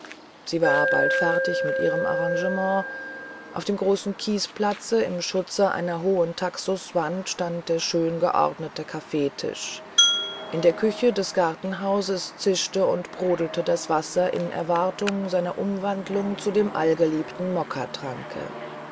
sie war bald fertig mit ihrem arrangement auf dem großen kiesplatze im schutze einer hohen taxuswand stand der schön geordnete kaffeetisch und in der küche des gartenhauses zischte und brodelte das wasser im erwarten seiner umwandlung zu dem allgeliebten